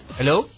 hello